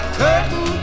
curtain